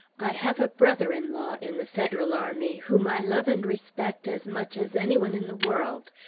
i have a brother-in-law in the federal army whom i love and respect as much as any one in the world,